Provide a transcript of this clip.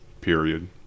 Period